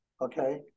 okay